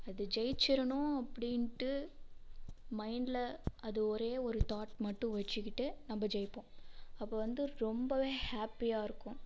அதை ஜெயிச்சிடணும் அப்படின்ட்டு மைண்டில் அது ஒரே ஒரு தாட் மட்டும் வெச்சுக்கிட்டு நம்ப ஜெயிப்போம் அப்போது வந்து ரொம்பவே ஹேப்பியாக இருக்கும்